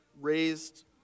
raised